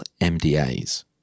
MDAs